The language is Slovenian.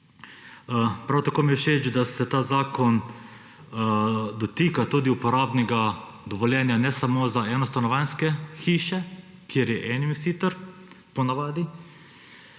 Prav tako mi je všeč, da se ta zakon dotika tudi uporabnega dovoljenja ne samo za enostanovanjske hiše, kjer je en investitor po navadi,